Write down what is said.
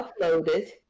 uploaded